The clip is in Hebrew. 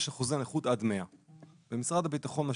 שיש אחוזי נכות עד 100%. במשרד הביטחון מה